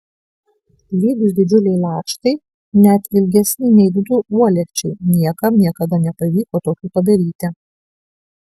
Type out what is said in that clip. lygūs didžiuliai lakštai net ilgesni nei du uolekčiai niekam niekada nepavyko tokių padaryti